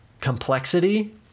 complexity